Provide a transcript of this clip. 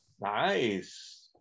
nice